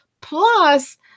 Plus